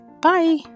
Bye